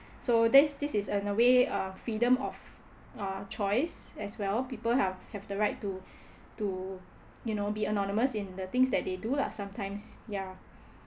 so that's this is in a way uh freedom of uh choice as well people hav~ have the right to to you know be anonymous in the things that they do lah sometimes ya